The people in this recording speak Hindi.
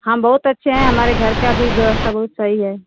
हम बहुत अच्छे हैं हमारे घर की भी व्यवस्था बहुत सही है